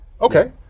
Okay